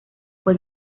fue